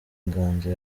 inganzo